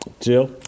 Jill